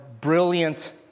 brilliant